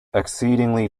exceedingly